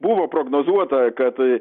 buvo prognozuota kad